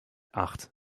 acht